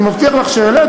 אני מבטיח לך שזה יעלה.